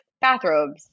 bathrobes